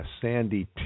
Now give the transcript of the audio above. Sandy